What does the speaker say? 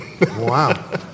Wow